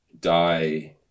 die